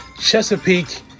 Chesapeake